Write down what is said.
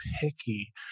picky